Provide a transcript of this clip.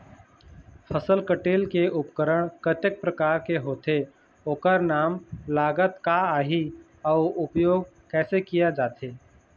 फसल कटेल के उपकरण कतेक प्रकार के होथे ओकर नाम लागत का आही अउ उपयोग कैसे किया जाथे?